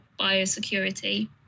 biosecurity